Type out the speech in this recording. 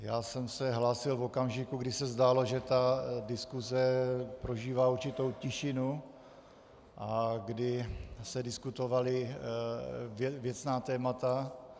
Já jsem se hlásil v okamžiku, kdy se zdálo, že ta diskuze prožívá určitou tišinu, a kdy se diskutovala věcná témata.